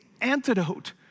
antidote